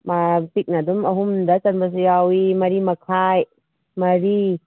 ꯃꯥ ꯄꯤꯛꯅ ꯑꯗꯨꯝ ꯑꯍꯨꯝꯗ ꯆꯟꯕꯁꯨ ꯌꯥꯎꯏ ꯃꯔꯤꯃꯈꯥꯏ ꯃꯔꯤ